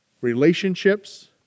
Relationships